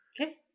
Okay